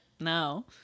No